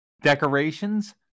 Decorations